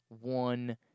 one